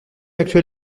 actuel